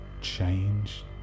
change